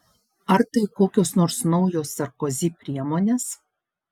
ar tai kokios nors naujos sarkozi priemonės